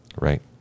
Right